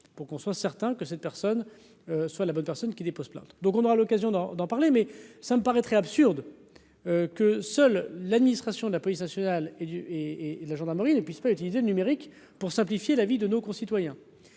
pour qu'on soit certain que cette personne soit la bonne personne qui dépose plainte, donc on aura l'occasion d'en d'en parler, mais ça me paraîtrait absurde. Que seule l'administration de la police nationale et du et et la gendarmerie ne puisse pas utiliser le numérique pour simplifier la vie de nos concitoyens.